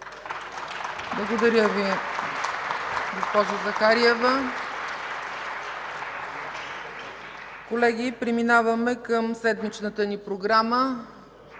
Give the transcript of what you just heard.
Благодаря Ви, госпожо Захариева. Колеги, преминаваме към седмичната ни програма.